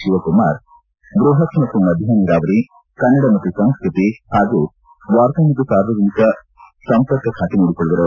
ಶಿವಕುಮಾರ್ ಬೃಪತ್ ಮತ್ತು ಮಧ್ಯಮ ನೀರಾವರಿ ಕನ್ನಡ ಮತ್ತು ಸಂಸ್ಕೃತಿ ಹಾಗೂ ವಾರ್ತಾ ಮತ್ತು ಸಾರ್ವಜನಿಕ ಸಂಪರ್ಕ ಖಾತೆ ನೋಡಕೊಳ್ಳುವರು